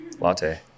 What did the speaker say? latte